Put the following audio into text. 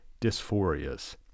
dysphorias